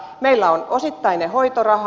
meillä on osittainen hoitoraha